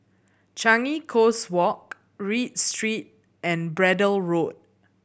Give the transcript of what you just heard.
Changi Coast Walk Read Street and Braddell Road